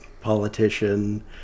politician